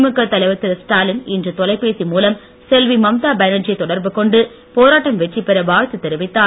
திமுக தலைவர் திரு ஸ்டாலின் இன்று தொலைபேசி மூலம் செல்வி மம்தா பேனர்ஜியை தொடர்பு கொண்டு போராட்டம் வெற்றி பெற வாழ்த்து தெரிவித்தார்